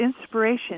inspiration